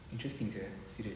interesting sia serious